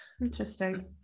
Interesting